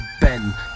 Ben